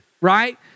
right